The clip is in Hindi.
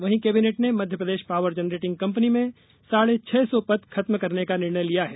वहीं कैबिनेट ने मध्यप्रदेश पावर जनरेटिंग कंपनी में साढे छह सौ पद खत्म करने का निर्णय लिया है